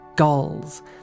Gulls